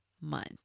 month